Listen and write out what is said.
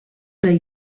lay